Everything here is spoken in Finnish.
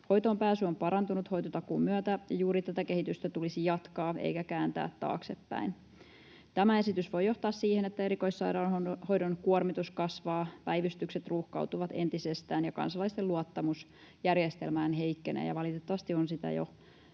Hoitoonpääsy on parantunut hoitotakuun myötä. Juuri tätä kehitystä tulisi jatkaa eikä kääntää taaksepäin. Tämä esitys voi johtaa siihen, että erikoissairaanhoidon kuormitus kasvaa, päivystykset ruuhkautuvat entisestään ja kansalaisten luottamus järjestelmään heikkenee, ja valitettavasti on jo